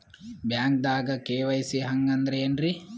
ಬ್ಯಾಂಕ್ದಾಗ ಕೆ.ವೈ.ಸಿ ಹಂಗ್ ಅಂದ್ರೆ ಏನ್ರೀ?